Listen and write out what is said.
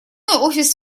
офис